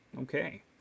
okay